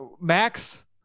Max